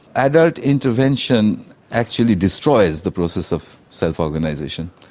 adult intervention actually destroys the process of self-organisation.